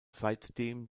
seitdem